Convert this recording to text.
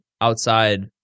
outside